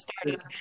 started